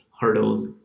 hurdles